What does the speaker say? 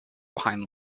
behind